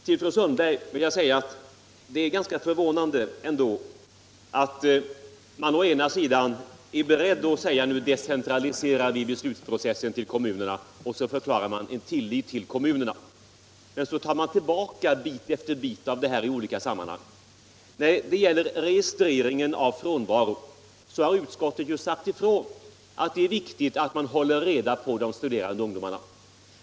Till fru Sundberg vill jag säga att det ändå är ganska förvånande att man å ena sidan förklarar sin tillit till kommunerna och vill decentralisera beslutsprocessen till dem men å andra sidan tar tillbaka bit efter bit av detta i olika sammanhang. När det gäller registrering av frånvaron har utskottet förklarat att det är viktigt att man håller reda på de studerande ungdomarna.